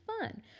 fun